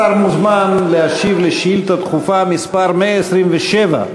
השר מוזמן להשיב על שאילתה דחופה מס' 127,